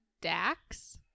Dax